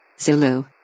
Zulu